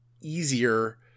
easier